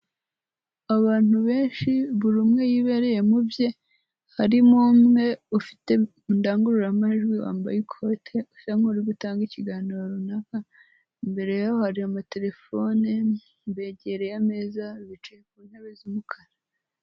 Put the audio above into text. Abantu benshi, buri umwe yibereye mu bye, harimo umwe ufite indangururamajwi, wambaye ikote usa nk'uri gutanga ikiganiro runaka, imbere yabo hari amatelefone, begereye ameza, bicaye ku ntebe z'umukara.